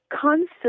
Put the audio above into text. constant